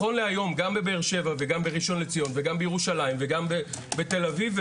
גם בבאר שבע וגם בראשון לציון וגם בירושלים וגם בתל אביב,